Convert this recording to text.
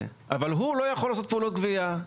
אבל הוא לא יכול לעשות פעולות גבייה.